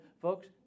Folks